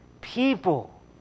people